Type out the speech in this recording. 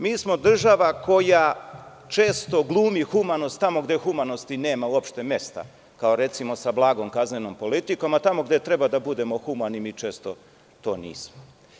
Mi smo država koja često glumi humanost tamo gde humanosti nema uopšte mesta, kao, recimo, sa blagom kaznenom politikom, a tamo gde treba da budemo humani, mi često to nismo.